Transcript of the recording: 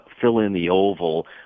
fill-in-the-oval